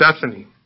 Bethany